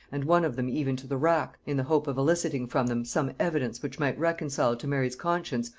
and one of them even to the rack, in the hope of eliciting from them some evidence which might reconcile to mary's conscience,